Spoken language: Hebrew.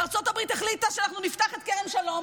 וארצות הברית החליטה שאנחנו נפתח את כרם שלום,